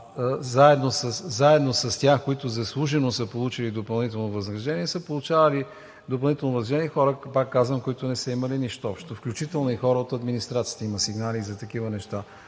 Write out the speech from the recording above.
Заедно с тях, които заслужено са получили допълнително възнаграждение, са получавали допълнително възнаграждение и хора, пак казвам, които не са имали нищо общо, включително и хора от администрацията – има сигнали за такива неща.